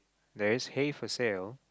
there is hay for sale